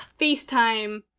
FaceTime